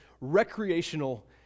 recreational